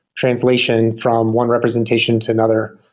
translation from one representation to another,